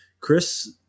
Chris